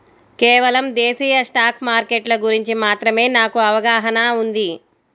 కేవలం దేశీయ స్టాక్ మార్కెట్ల గురించి మాత్రమే నాకు అవగాహనా ఉంది